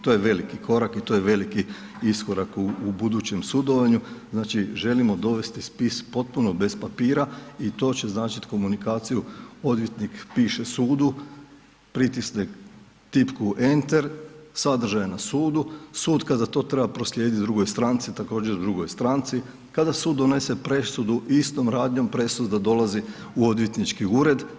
To je veliki korak i to je veliki iskorak u budućem sudovanju, znači želimo dovesti spis potpuno bez papira i to će značiti komunikaciju, odvjetnik piše sudu, pritisne tipku enter, sadržaj na sudu, sud kada za to treba proslijediti drugoj stranci, također drugoj stranci, kada sud donese presudu, istom radnjom, presuda dolazi u odvjetnički ured.